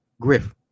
griff